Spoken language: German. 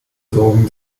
sorgen